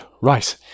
Right